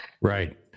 Right